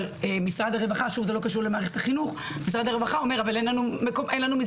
אבל משרד הרווחה אומר אין לנו מסגרות.